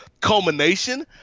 culmination